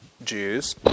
Jews